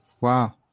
Wow